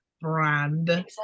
brand